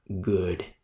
good